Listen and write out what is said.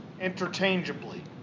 interchangeably